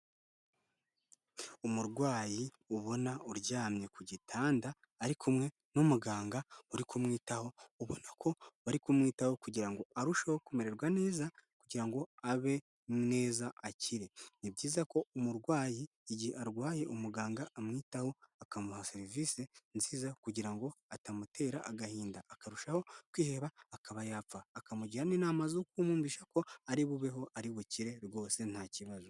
Umurwayi ubona uryamye ku gitanda ari kumwe n'umuganga uri kumwitaho, ubona ko bari kumwitaho kugira ngo arusheho kumererwa neza kugira ngo abe neza akire. Ni byiza ko umurwayi igihe arwaye, umuganga amwitaho akamuha serivisi nziza kugira ngo atamutera agahinda akarushaho kwiheba akaba yapfa, akamugira n’inama zo kumwumvisha ko ari bubeho, ari bukire rwose nta kibazo.